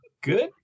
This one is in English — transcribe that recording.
good